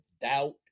doubt